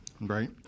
right